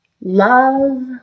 love